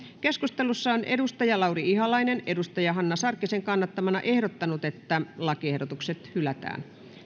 keskustelussa on lauri ihalainen hanna sarkkisen kannattamana ehdottanut että lakiehdotukset hylätään